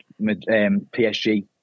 PSG